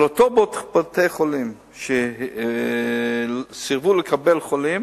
אבל אותם בתי-חולים שסירבו לקבל חולים